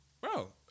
bro